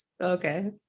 Okay